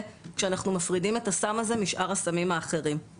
כשאנחנו מפרידים את הסם הזה משאר הסמים האחרים.